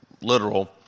literal